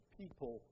people